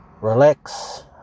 relax